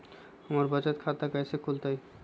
हमर बचत खाता कैसे खुलत?